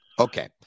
Okay